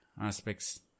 aspects